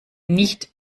nicht